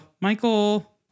Michael